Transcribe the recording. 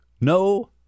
no